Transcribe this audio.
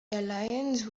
alliance